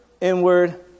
inward